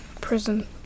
prison